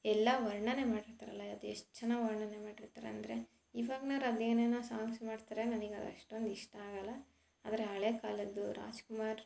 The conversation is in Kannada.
ಎಲ್ಲ ವರ್ಣನೆ ಮಾಡಿರ್ತಾರಲ್ಲ ಅದೆಷ್ಟು ಚೆನ್ನಾಗಿ ವರ್ಣನೆ ಮಾಡಿರ್ತಾರೆ ಅಂದರೆ ಇವಾಗ್ನೋರು ಅದೇನೇನೋ ಸಾಂಗ್ಸ್ ಮಾಡ್ತಾರೆ ನನಿಗೆ ಅವು ಅಷ್ಟೊಂದು ಇಷ್ಟ ಆಗಲ್ಲ ಆದರೆ ಹಳೆಯ ಕಾಲದ್ದು ರಾಜ್ ಕುಮಾರ್